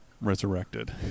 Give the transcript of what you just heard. Resurrected